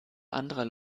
anderer